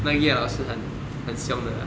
那叶老师很很凶的